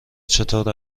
چطور